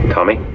Tommy